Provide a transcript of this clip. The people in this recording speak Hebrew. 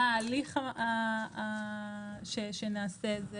מה הליך שנעשה את זה.